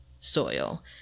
soil